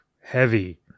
heavy